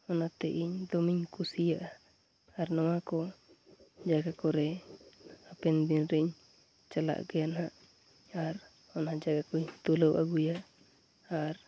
ᱚᱱᱟᱛᱮ ᱤᱧ ᱫᱚᱢᱮᱧ ᱠᱩᱥᱤᱭᱟᱜᱼᱟ ᱟᱨ ᱱᱚᱣᱟ ᱠᱚ ᱡᱟᱜᱟᱠᱚᱨᱮ ᱦᱟᱯᱮᱱᱫᱤᱱᱨᱮᱧ ᱪᱟᱞᱟᱜ ᱜᱮᱭᱟ ᱱᱟᱦᱟᱜ ᱟᱨ ᱚᱱᱟ ᱡᱟᱭᱜᱟᱠᱚᱧ ᱛᱩᱞᱟᱹᱣ ᱟᱹᱜᱩᱭᱟ ᱟᱨ